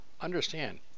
understand